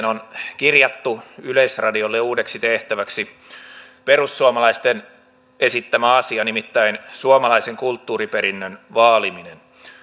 on kirjattu yleisradiolle uudeksi tehtäväksi perussuomalaisten esittämä asia nimittäin suomalaisen kulttuuriperinnön vaaliminen